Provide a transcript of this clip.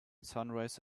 sunrise